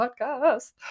podcast